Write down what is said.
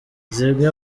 zimwe